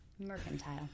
Mercantile